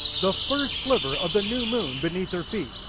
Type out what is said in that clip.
the first sliver of the new moon beneath her feet.